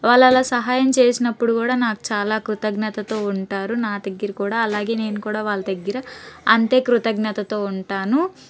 వాళ్ళు అలా సహాయం చేసినప్పుడు కూడా నాకు చాలా కృతజ్ఞతతో ఉంటారు నా దగ్గర కూడా అలాగే నేను కూడా వాళ్ల దగ్గర అంతే కృతజ్ఞతతో ఉంటాను